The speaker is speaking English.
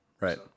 right